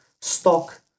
stock